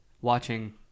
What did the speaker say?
watching